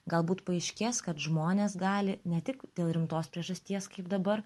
galbūt paaiškės kad žmonės gali ne tik dėl rimtos priežasties kaip dabar